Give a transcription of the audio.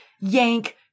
yank